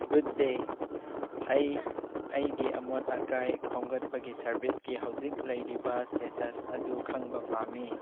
good day ꯑꯩ ꯑꯩꯒꯤ ꯑꯃꯣꯠ ꯑꯀꯥꯏ ꯈꯣꯝꯒꯠꯄꯒꯤ ꯁꯥꯔꯕꯤꯁꯀꯤ ꯍꯧꯖꯤꯛ ꯂꯩꯔꯤꯕ ꯁ꯭ꯇꯦꯇꯁ ꯑꯗꯨ ꯈꯪꯕ ꯄꯥꯝꯃꯤ